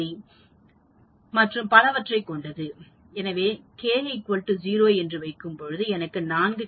நான் k 0 என்று வைக்கும்போது எனக்கு 4